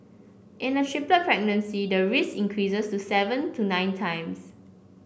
in a triplet pregnancy the risk increases to seven to nine times